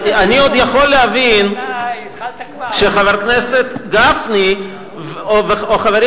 אני עוד יכול להבין שחבר הכנסת גפני או חברים